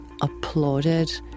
applauded